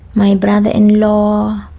my and brother-in-law,